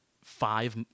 five